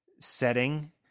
setting